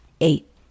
Eight